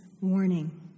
warning